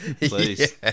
Please